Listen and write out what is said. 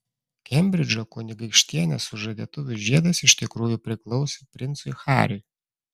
kembridžo kunigaikštienės sužadėtuvių žiedas iš tikrųjų priklausė princui hariui